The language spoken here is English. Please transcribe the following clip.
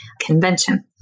Convention